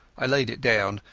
i laid it down,